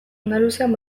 andaluzian